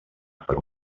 per